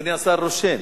אדוני השר רושם.